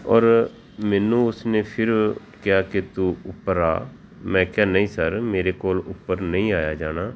ਔਰ ਮੈਨੂੰ ਉਸ ਨੇ ਫਿਰ ਕਿਹਾ ਕਿ ਤੂੰ ਉੱਪਰ ਆ ਮੈਂ ਕਿਹਾ ਨਹੀਂ ਸਰ ਮੇਰੇ ਕੋਲ ਉੱਪਰ ਨਹੀਂ ਆਇਆ ਜਾਣਾ